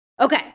Okay